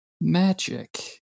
magic